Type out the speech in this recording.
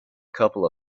couple